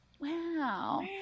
wow